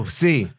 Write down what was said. see